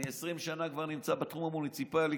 אני כבר 20 שנה נמצא בתחום המוניציפלי.